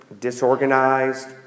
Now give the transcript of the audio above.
disorganized